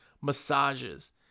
Massages